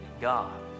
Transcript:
God